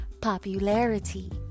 popularity